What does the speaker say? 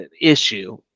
issue